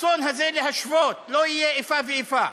ברצון הזה להשוות לא תהיה איפה ואיפה.